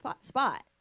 spot